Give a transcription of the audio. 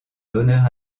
donneur